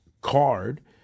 card